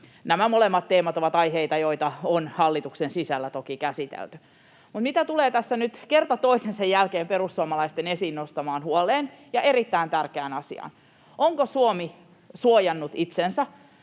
Nämä molemmat teemat ovat aiheita, joita on hallituksen sisällä toki käsitelty. Mitä tulee tässä nyt kerta toisensa jälkeen perussuomalaisten esiin nostamaan huoleen ja erittäin tärkeään asiaan, onko Suomi suojannut itsensä